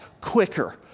quicker